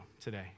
today